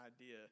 idea